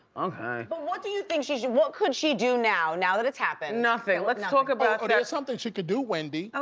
okay. but what do you think she should, what could she do now, now that it's happened? nothing, let's talk about that there's something she could do, wendy. ah